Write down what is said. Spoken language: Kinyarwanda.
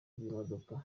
bw’imodoka